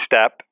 step